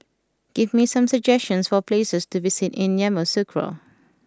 give me some suggestions for places to visit in Yamoussoukro